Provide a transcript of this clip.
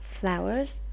flowers